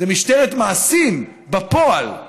זאת משטרת מעשים בפועל.